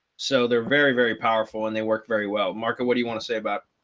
so they're very, very powerful. and they work very well. marco, what do you want to say about?